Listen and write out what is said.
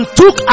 took